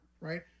right